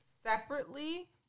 separately